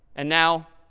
and now